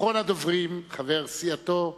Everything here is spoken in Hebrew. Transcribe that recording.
אחרון הדוברים, חבר סיעתו,